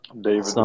David